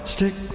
Stick